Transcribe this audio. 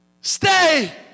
Stay